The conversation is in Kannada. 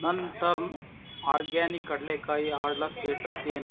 ನನ್ನ ಟರ್ನ್ ಆರ್ಗ್ಯಾನಿಕ್ ಕಡಲೆಕಾಯಿ ಆರ್ಡ್ಲ ಸ್ಟೇಟಸ್ ಏನು